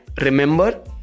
Remember